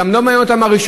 גם לא מעניינת אותם הרשות.